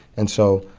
and so,